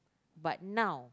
but now